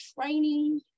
training